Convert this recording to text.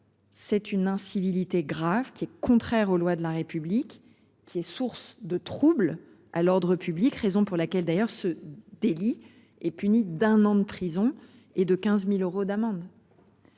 C'est une incivilité grave qui est contraire aux lois de la République qui est source de trouble à l'ordre public, raison pour laquelle d'ailleurs, ce délit est puni d'un an de prison et de 15.000 euros d'amende.